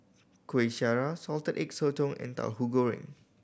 Kueh Syara Salted Egg Sotong and Tauhu Goreng